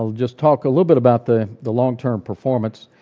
ah just talk a little bit about the the longterm performance,